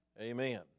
amen